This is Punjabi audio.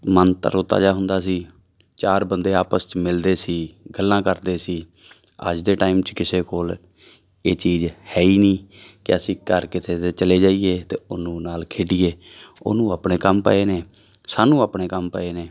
ਮਨ ਤਰੋ ਤਾਜ਼ਾ ਹੁੰਦਾ ਸੀ ਚਾਰ ਬੰਦੇ ਆਪਸ 'ਚ ਮਿਲਦੇ ਸੀ ਗੱਲਾਂ ਕਰਦੇ ਸੀ ਅੱਜ ਦੇ ਟਾਈਮ 'ਚ ਕਿਸੇ ਕੋਲ ਇਹ ਚੀਜ਼ ਹੈ ਹੀ ਨਹੀਂ ਕਿ ਅਸੀਂ ਘਰ ਕਿਸੇ ਦੇ ਚਲੇ ਜਾਈਏ ਅਤੇ ਉਹਨੂੰ ਨਾਲ਼ ਖੇਡੀਏ ਉਹਨੂੰ ਆਪਣੇ ਕੰਮ ਪਏ ਨੇ ਸਾਨੂੰ ਆਪਣੇ ਕੰਮ ਪਏ ਨੇ